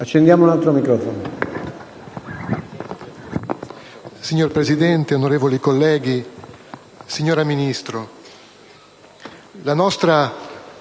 Signor Presidente, onorevoli colleghi, signora Ministro,